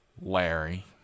Larry